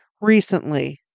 recently